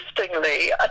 interestingly